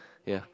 ya